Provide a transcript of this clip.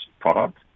product